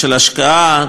של השקעה,